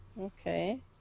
Okay